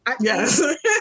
Yes